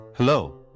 Hello